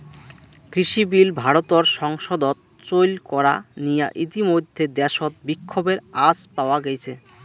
কৃষিবিল ভারতর সংসদত চৈল করা নিয়া ইতিমইধ্যে দ্যাশত বিক্ষোভের আঁচ পাওয়া গেইছে